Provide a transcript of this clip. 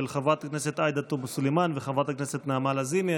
של חברת הכנסת עאידה תומא סלימאן ושל חברת הכנסת נעמה לזימי.